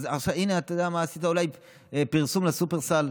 הינה, אתה יודע מה, עשית אולי פרסום לשופרסל.